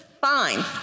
Fine